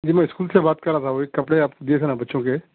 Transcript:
جی میں اسکول سے بات کر رہا تھا وہی کپڑے آپ کو دیئے تھے نا بچوں کے